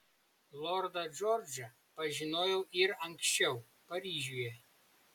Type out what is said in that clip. lordą džordžą pažinojau ir anksčiau paryžiuje